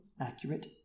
accurate